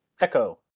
Echo